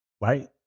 Right